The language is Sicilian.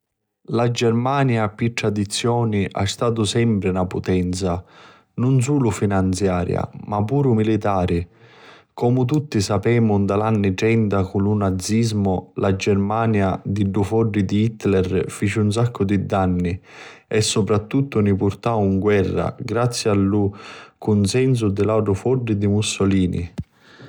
La Germania pi tradizioni ha' statu sempri na putenza nun sulu finanziaria ma puru militari. Comu tutti sapemu nta l'anni trenta, cu lu Nazismu, la Germania di ddu foddi di Hitler fici un saccu di danni e soprattuttu ni purtau 'n guerra grazi a lu cunsensu di l'autru foddi di Mussulini.